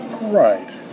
right